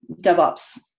DevOps